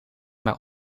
maar